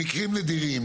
במקרים נדירים,